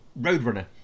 Roadrunner